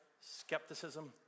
skepticism